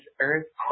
earthquake